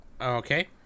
Okay